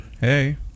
Hey